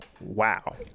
Wow